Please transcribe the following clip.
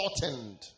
shortened